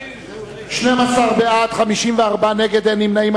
12 בעד, 54 נגד, אין נמנעים.